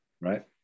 Right